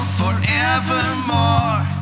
forevermore